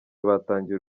batangiye